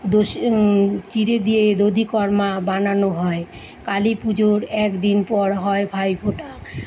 চিঁড়ে দিয়ে দধিকর্মা বানানো হয় কালী পুজোর এক দিন পর হয় ভাইফোঁটা